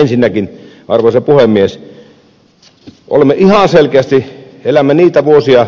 ensinnäkin arvoisa puhemies ihan selkeästi elämme niitä vuosia